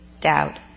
doubt